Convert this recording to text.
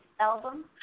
album